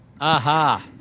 Aha